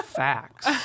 facts